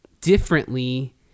differently